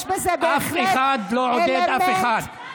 יש בזה בהחלט, אף אחד לא עודד אף אחד.